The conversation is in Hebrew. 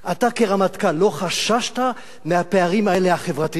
אתה, כרמטכ"ל, לא חששת מהפערים האלה, החברתיים?